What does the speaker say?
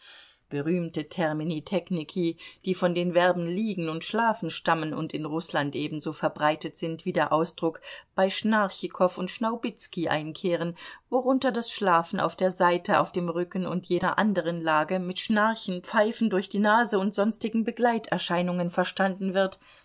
berühmte termini technici die von den verben liegen und schlafen stammen und in rußland ebenso verbreitet sind wie der ausdruck bei schnarchikow und schnaubizkij einkehren worunter das schlafen auf der seite auf dem rücken und jeder anderen lage mit schnarchen pfeifen durch die nase und sonstigen begleiterscheinungen verstanden wird